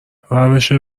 روش